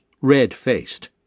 red-faced